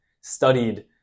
studied